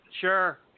Sure